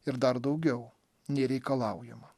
ir dar daugiau nereikalaujama